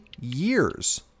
years